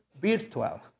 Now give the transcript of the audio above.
virtual